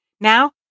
Now